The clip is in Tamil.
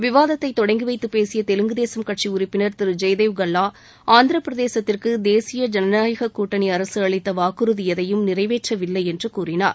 விவாதத்தை தொடங்கிவைத்து பேசிய தெலுங்கு தேசம் கட்சி உறுப்பினர் திரு ஜெயதேவ் கல்லா ஆந்திரப்பிரதேசத்திற்கு தேசிய ஜனநாயக கூட்டணி வாக்குறுதி எதையும் நிறைவேற்றவில்லை என்று கூறினார்